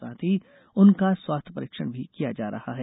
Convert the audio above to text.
साथ ही उनका स्वास्थ्य परीक्षण भी किया जा रहा है